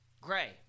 Gray